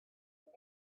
with